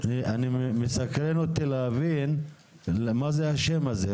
אני מסקרן אותי להבין למה זה השם הזה?